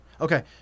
Okay